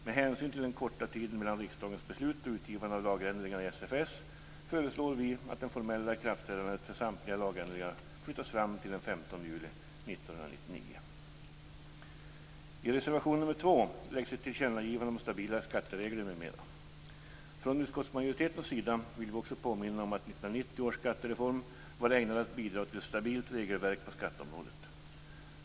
Med hänsyn till den korta tiden mellan riksdagens beslut och utgivandet av lagändringar i SFS föreslår vi att det formella ikraftträdandet för samtliga lagändringar flyttas fram till den 15 juli I reservation 2 föreslås ett tillkännagivande om stabilare skatteregler m.m. Från utskottsmajoritetens sida vill vi påminna om att 1990 års skattereform var ämnad att bidra till ett stabilt regelverk på skatteområdet.